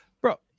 Bro